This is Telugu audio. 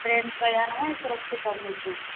ట్రైన్ ప్రయాణం సురక్షితం మీకు